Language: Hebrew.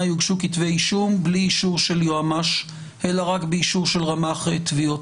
יוגשו כתבי אישום בלי אישור של יועמ"ש אלא רק באישור של רמ"ח תביעות,